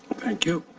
thank you.